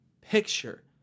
picture